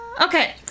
Okay